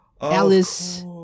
Alice